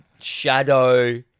shadow